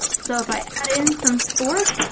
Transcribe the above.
so if i add in some sports,